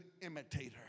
imitator